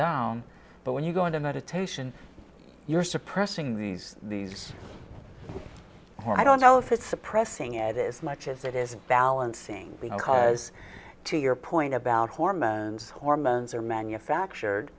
down but when you go into meditation you're suppressing these these i don't know if it's suppressing it as much as it is balancing because to your point about hormones hormones are manufactured